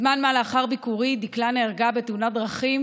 זמן מה לאחר ביקורי דקלה נהרגה בתאונת דרכים